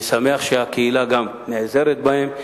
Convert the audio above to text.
אני שמח שהקהילה גם נעזרת בהם.